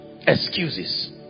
excuses